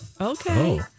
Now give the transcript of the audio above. Okay